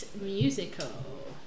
musical